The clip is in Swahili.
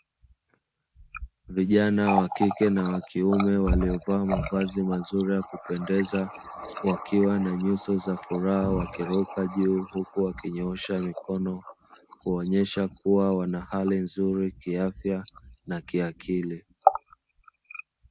Vijana wakike na wakiume waliovaa mavazi mazuri ya kupendeza wakiwa na nyuso za furaha wakiruka juu, huku wakinyoosha mikono kuonyesha kuwa wana hali nzuri kiafya na kiakili.